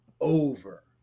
over